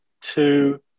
two